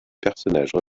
personnages